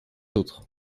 autres